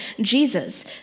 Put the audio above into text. Jesus